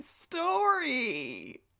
story